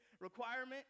requirement